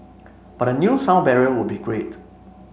but a new sound barrier would be great